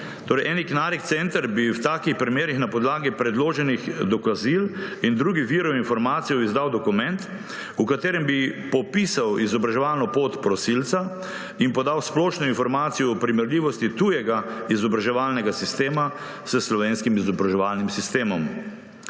konvencijo – bi v takih primerih na podlagi predloženih dokazil in drugih virov informacij izdal dokument, v katerem bi popisal izobraževalno pot prosilca in podal splošno informacijo o primerljivosti tujega izobraževalnega sistema s slovenskim izobraževalnim sistemom.